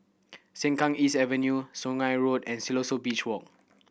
Sengkang East Avenue Sungei Road and Siloso Beach Walk